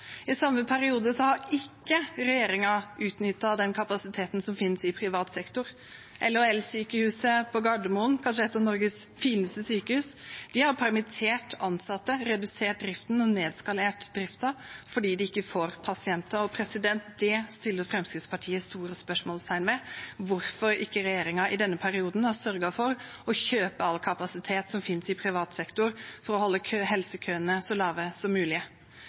I samme periode har ikke regjeringen utnyttet den kapasiteten som finnes i privat sektor. LHL-sykehuset Gardermoen, kanskje et av Norges fineste sykehus, har permittert ansatte, redusert og nedskalert driften fordi de ikke får pasienter. Det setter Fremskrittspartiet store spørsmålstegn ved – hvorfor ikke regjeringen i denne perioden har sørget for å kjøpe all kapasitet som finnes i privat sektor for å holde helsekøene så små som mulig.